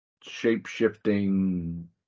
shape-shifting